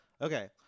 Okay